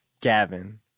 Gavin